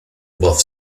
both